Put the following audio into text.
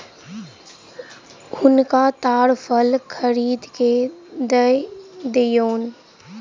हुनका ताड़ फल खरीद के दअ दियौन